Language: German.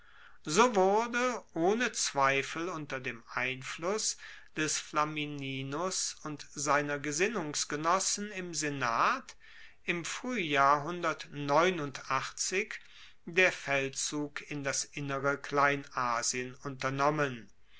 so wurde ohne zweifel unter dem einfluss des flamininus und seiner gesinnungsgenossen im senat im fruehjahr der feldzug in das innere kleinasien unternommen